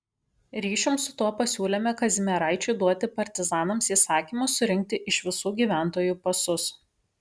ryšium su tuo pasiūlėme kazimieraičiui duoti partizanams įsakymą surinkti iš visų gyventojų pasus